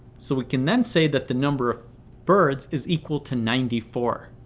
so we can then say that the number of birds is equal to ninety four,